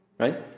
Right